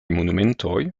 monumentoj